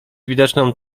widoczną